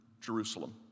Jerusalem